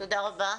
תודה רבה.